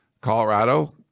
Colorado